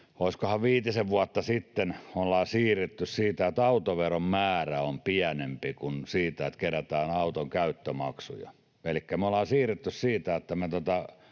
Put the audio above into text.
olisikohan viitisen vuotta sitten siirrytty siihen — että autoveron määrä on pienempi kuin se, että kerätään auton käyttömaksuja. Elikkä me ollaan siirrytty siihen, että me